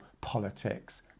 politics